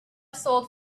sold